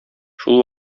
шул